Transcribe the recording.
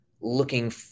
looking